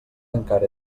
encara